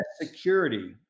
security